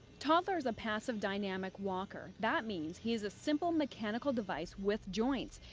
toddler's a passive dynamic walker. that means he's a simple mechanical device with joints.